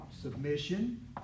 Submission